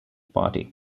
party